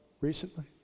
recently